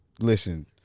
Listen